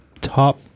top